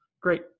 Great